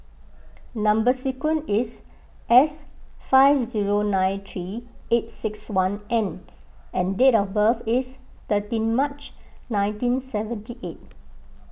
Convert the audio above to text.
Number Sequence is S five zero nine three eight six one N and date of birth is thirteen March nineteen seventy eight